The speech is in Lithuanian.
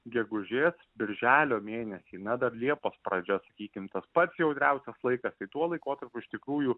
gegužės birželio mėnesį ns dar liepos pradžia sakykim tas pats jautriausias laikas tai tuo laikotarpiu iš tikrųjų